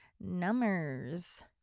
Numbers